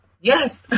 Yes